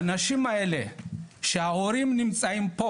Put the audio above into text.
האנשים האלה שההורים נמצאים פה